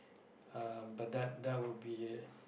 uh but that that would be